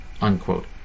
Unquote